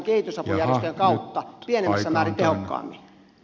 jaha nyt aika on täynnä